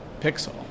pixel